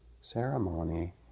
ceremony